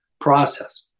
process